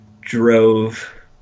drove